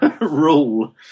rule